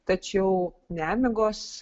tačiau nemigos